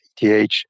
ETH